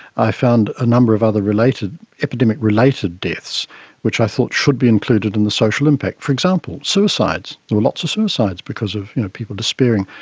i found a number of other epidemic related deaths which i thought should be included in the social impact. for example, suicides, there were lots of suicides because of people despairing.